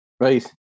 right